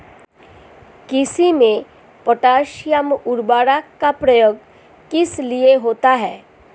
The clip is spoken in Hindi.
कृषि में पोटैशियम उर्वरक का प्रयोग किस लिए होता है?